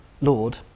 Lord